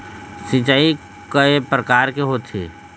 सिचाई कय प्रकार के होये?